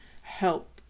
help